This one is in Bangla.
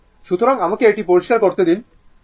সুতরাং আমাকে এটি পরিষ্কার করতে দিন